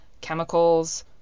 chemicals